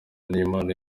njyanama